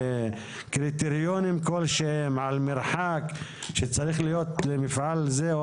קריטריונים כלשהם על מרחק שצריך להיות למפעל זה,